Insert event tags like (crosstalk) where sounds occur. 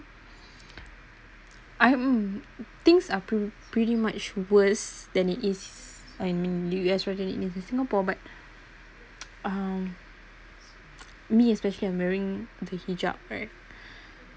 I mm things are pret~ pretty much worse than it is when you you guys read it in singapore but (noise) um me especially I'm wearing the hijab right (breath)